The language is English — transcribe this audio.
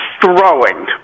throwing